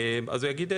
אז הוא יגיד,